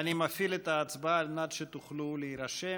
שלי יחימוביץ, סתיו שפיר,